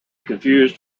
confused